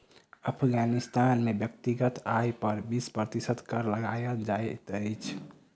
अफ़ग़ानिस्तान में व्यक्तिगत आय पर बीस प्रतिशत कर लगायल जाइत अछि